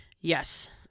Yes